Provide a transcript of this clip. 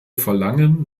verlangen